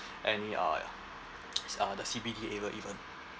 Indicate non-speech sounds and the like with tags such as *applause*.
any uh *noise* the C_B_D area even